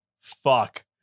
fuck